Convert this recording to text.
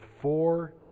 four